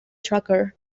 tracker